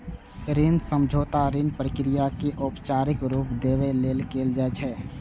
ऋण समझौता ऋण प्रक्रिया कें औपचारिक रूप देबय लेल कैल जाइ छै